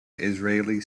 israeli